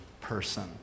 person